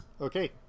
Okay